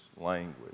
language